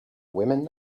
women